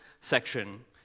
section